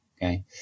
Okay